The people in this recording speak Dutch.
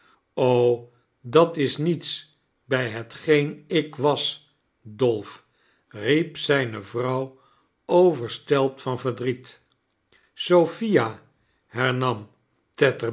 dat is niets bij hetgeen ik was dolf riep zijne vrouw overstelpt van verdriet sophia hernam